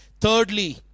Thirdly